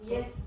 Yes